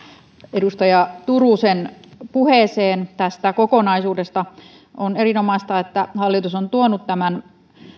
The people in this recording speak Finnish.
edustaja turusen puheeseen tästä kokonaisuudesta on erinomaista että hallitus on tuonut tämän